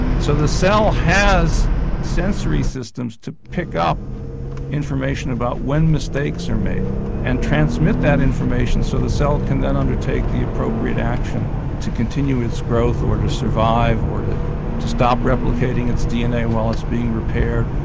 so the cell has sensory systems to pick up information about when mistakes are made and transmit that information so the cell can then undertake the appropriate action to continue its growth or to survive or to to stop replicating its dna while it's being repaired.